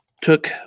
took